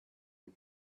and